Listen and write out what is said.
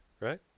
right